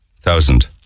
Thousand